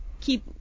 keep